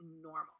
normal